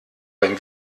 beim